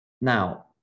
Now